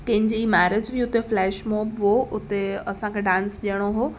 कजी marriage बि उते flash mob हो उते असांखे डांस ॾियणो हो